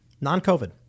non-COVID